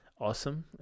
awesome